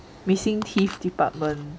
missing teeth department